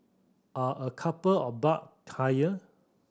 are a couple of buck higher